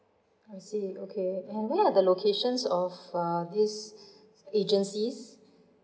I see okay and where are the locations of uh this agencies